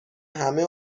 همه